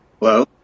Hello